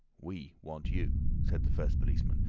we want you, said the first policeman,